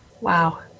Wow